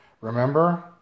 Remember